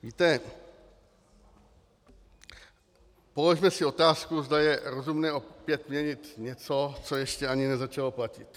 Víte, položme si otázku, zda je rozumné opět měnit něco, co ještě ani nezačalo platit.